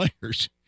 players